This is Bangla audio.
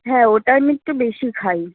হ্যাঁ ওটা আমি একটু বেশি খাই